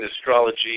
astrology